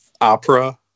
opera